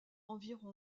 environ